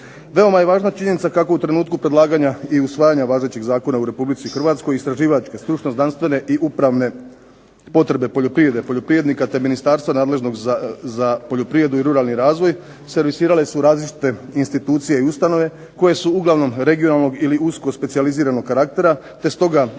Veoma je važna činjenica kako u trenutku predlaganja i usvajanja važećih zakona u Republici Hrvatskoj istraživačke, stručno-znanstvene i upravne potrebe poljoprivrede poljoprivrednika, te ministarstva nadležnog za poljoprivredu i ruralni razvoj servisirale su različite institucije i ustanove koje su uglavnom regionalnog ili usko specijaliziranog karaktera, te stoga niti